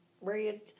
red